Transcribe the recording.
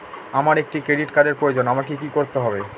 আমার একটি ক্রেডিট কার্ডের প্রয়োজন আমাকে কি করতে হবে?